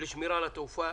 לשמירה על התעופה